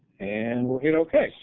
and we'll hit okay.